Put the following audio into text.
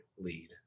lead